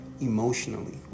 emotionally